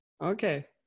Okay